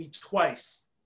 twice